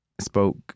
spoke